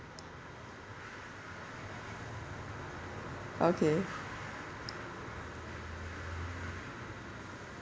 okay